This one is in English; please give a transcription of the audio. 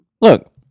look